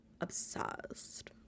obsessed